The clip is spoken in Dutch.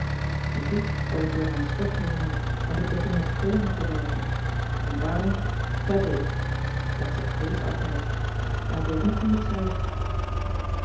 je ziet dat ik door mijn stof heenraak want ik begin met vullingen te werken en daarom tabbé dat zegt kees altijd maar ik weet niet hoe je het schrijft